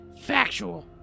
Factual